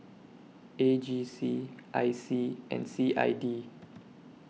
A G C I C and C I D